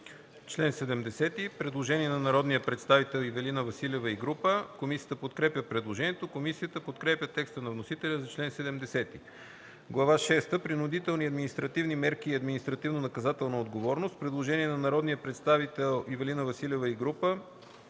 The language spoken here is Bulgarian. чл. 70 има предложение от народния представител Ивелина Василева и група народни представители. Комисията подкрепя предложението. Комисията подкрепя текста на вносителя за чл. 70. „Глава шеста – Принудителни административни мерки и административнонаказателна отговорност”. Има предложение от народния представител Ивелина Василева и група